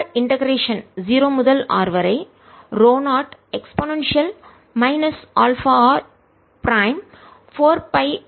q r integration ஒருங்கிணைத்தல் 0 முதல் r வரை ρ0 e alpha r prime 4 pi